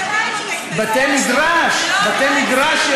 כי זה התנאי, בית-הכנסת באוניברסיטה פנוי.